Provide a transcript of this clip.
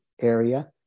area